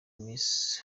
miss